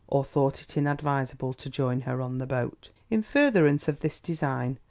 or thought it inadvisable, to join her on the boat. in furtherance of this design,